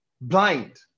blind